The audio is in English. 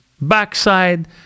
backside